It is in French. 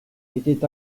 était